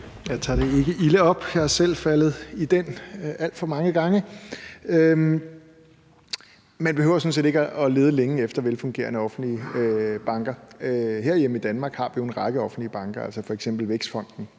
Jeg tager det ikke ilde op, jeg er selv faldet i der alt for mange gange. Man behøver sådan set ikke at lede længe efter velfungerende offentlige banker. Herhjemme i Danmark har vi jo en række offentlige banker, altså f.eks. Vækstfonden,